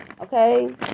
Okay